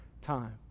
time